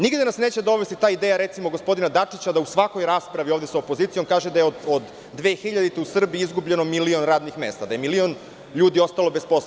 Nigde nas neće dovesti ta ideja, recimo gospodina Dačića da u svakoj raspravi ovde sa opozicijom kaže da je od 2000. godine u Srbiji izgubljeno milion radnih mesta, da je milion ljudi ostalo bez posla.